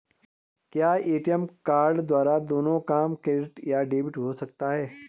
क्या ATM card द्वारा दोनों काम क्रेडिट या डेबिट हो सकता है?